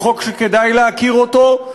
הוא חוק שכדאי להכיר אותו,